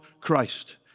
Christ